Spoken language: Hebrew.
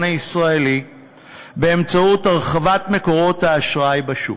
הישראלי באמצעות הרחבת מקורות האשראי בשוק,